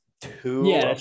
two